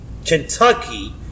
Kentucky